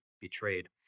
betrayed